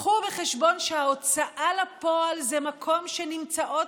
קחו בחשבון שההוצאה לפועל זה מקום שנמצאות